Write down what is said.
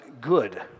good